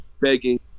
begging